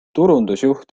turundusjuht